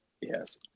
Yes